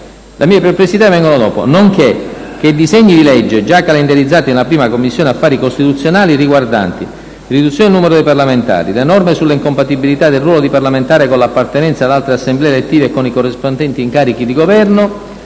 Le mie perplessità vengono dopo, dove si legge: «nonché che i disegni di legge, già calendarizzati nella 1a Commissione affari costituzionali, riguardanti la riduzione del numero dei parlamentari, le norme sulle incompatibilità del ruolo di parlamentare con l'appartenenza ad altre assemblee elettive e con i corrispondenti incarichi di Governo;